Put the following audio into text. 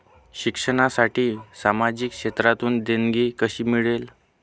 शिक्षणासाठी सामाजिक क्षेत्रातून देणगी कशी मिळेल?